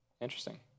Interesting